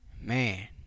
man